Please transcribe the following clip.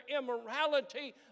immorality